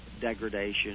degradation